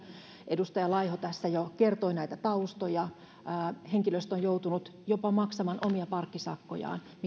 edustaja laiho tässä jo kertoi näitä taustoja henkilöstö on joutunut jopa maksamaan omia parkkisakkojaan